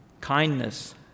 kindness